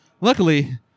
luckily